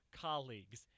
colleagues